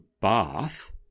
bath